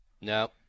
No